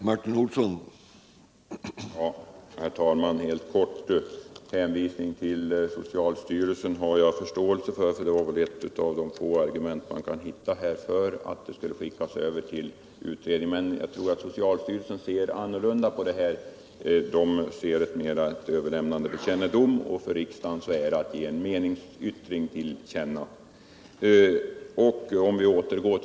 Herr talman! Jag vill fatta mig kort. Hänvisningen till socialstyrelsen har jag förståelse för, eftersom det är ett av de få argument som finns för ett överlämnande till kommittén för utredning. Jag tror emellertid att socialstyrelsen ser annorlunda på saken. Socialstyrelsen ser det mera som ett överlämnande för kännedom, medan det för riksdagen blir fråga om att ge till känna en meningsyttring.